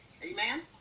Amen